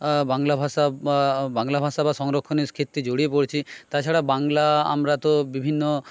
বাংলা ভাষা বাংলা ভাষা বা সংরক্ষণের ক্ষেত্রে জড়িয়ে পড়ছে তাছাড়া বাংলা আমরা তো বিভিন্ন